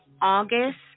August